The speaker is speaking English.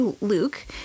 Luke